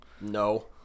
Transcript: No